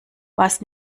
was